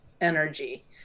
energy